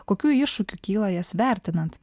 kokių iššūkių kyla jas vertinant